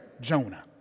Jonah